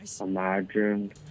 Imagine